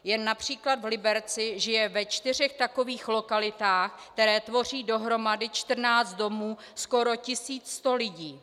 Jen například v Liberci žije ve čtyřech takových lokalitách, které tvoří dohromady 14 domů, skoro 1 100 lidí.